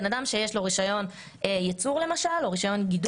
בן אדם שיש לו רישיון ייצור למשל או רישיון גידול,